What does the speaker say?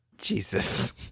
Jesus